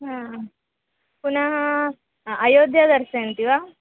हा पुनः अयोध्यां दर्शयन्ति वा